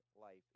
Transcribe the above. life